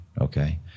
okay